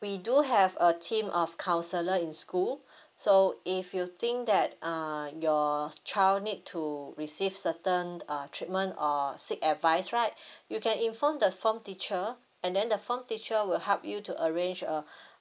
we do have a team of counsellor in school so if you think that uh your child need to receive certain uh treatment or seek advice right you can inform the form teacher and then the form teacher will help you to arrange a